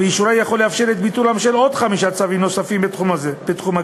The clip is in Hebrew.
ואישורה יכול לאפשר את ביטולם את עוד חמישה צווים נוספים בתחום הגז.